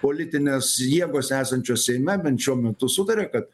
politinės jėgos esančios seime bent šiuo metu sutaria kad